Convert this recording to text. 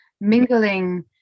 mingling